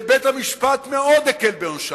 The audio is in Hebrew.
ובית-המשפט מאוד הקל בעונשם,